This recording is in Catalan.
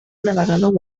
navegador